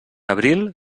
abril